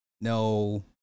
no